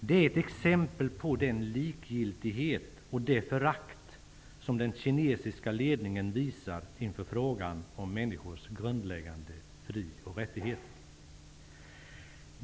De är ett exempel på den likgiltighet och det förakt som den kinesiska ledningen visar inför frågan om människors grundläggande fri och rättigheter.